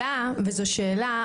זו שאלה,